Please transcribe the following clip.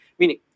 Meaning